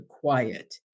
quiet